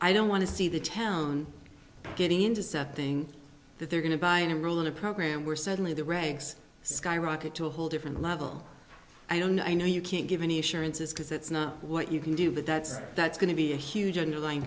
i don't want to see the town getting into south thing that they're going to buy in and ruin a program where suddenly the ranks skyrocket to a whole different level i don't know i know you can't give any assurances because it's not what you can do but that's that's going to be a huge underline